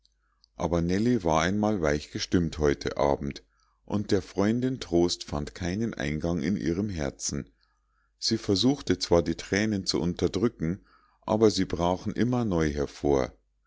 aber nellie war einmal weich gestimmt heute abend und der freundin trost fand keinen eingang in ihrem herzen sie versuchte zwar die thränen zu unterdrücken aber sie brachen immer neu hervor